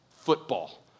football